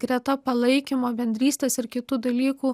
greta palaikymo bendrystės ir kitų dalykų